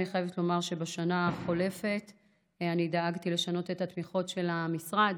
אני חייבת לומר שבשנה החולפת דאגתי לשנות את התמיכות של המשרד